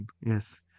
Yes